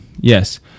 Yes